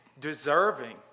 deserving